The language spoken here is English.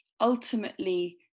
ultimately